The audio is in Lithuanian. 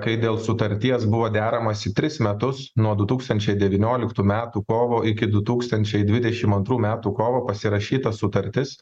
kai dėl sutarties buvo deramasi tris metus nuo du tūkstančiai devynioliktų metų kovo iki du tūkstančiai dvidešimt antrų metų kovo pasirašyta sutartis